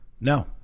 No